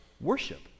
Worship